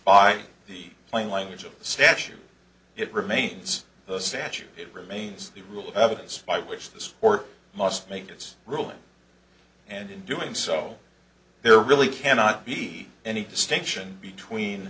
by the plain language of the statute it remains the statute it remains the rule of evidence by which the sport must make its rulings and in doing so there really cannot be any distinction between